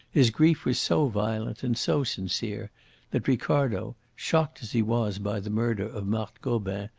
his grief was so violent and so sincere that ricardo, shocked as he was by the murder of marthe gobin,